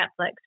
Netflix